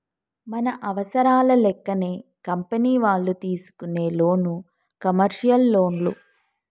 మన అవసరాల లెక్కనే కంపెనీ వాళ్ళు తీసుకునే లోను కమర్షియల్ లోన్లు